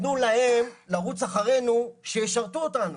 ותנו להם לרוץ אחרינו שישרתו אותנו.